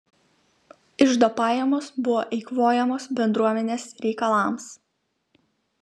iždo pajamos buvo eikvojamos bendruomenės reikalams